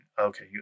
okay